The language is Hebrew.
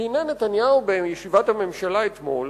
כי הנה, ראש הממשלה נתניהו בישיבת הממשלה אתמול